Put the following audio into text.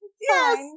Yes